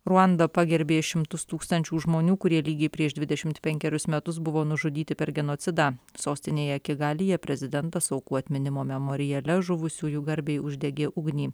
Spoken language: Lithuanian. ruanda pagerbė šimtus tūkstančių žmonių kurie lygiai prieš dvidešimt penkerius metus buvo nužudyti per genocidą sostinėje kigalyje prezidentas aukų atminimo memoriale žuvusiųjų garbei uždegė ugnį